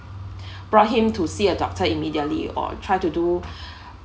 brought him to see a doctor immediately or try to do